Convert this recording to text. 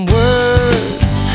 words